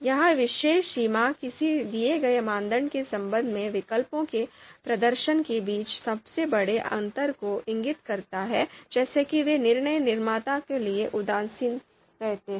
यह विशेष सीमा किसी दिए गए मानदंड के संबंध में विकल्पों के प्रदर्शन के बीच सबसे बड़े अंतर को इंगित करता है जैसे कि वे निर्णय निर्माता के लिए उदासीन रहते हैं